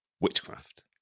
witchcraft